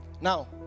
Now